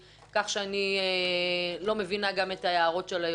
כך שאני לא מבינה את ההערות של היועמ"ש.